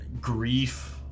grief